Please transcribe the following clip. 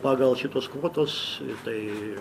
pagal tos kvotos tai